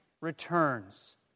returns